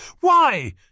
Why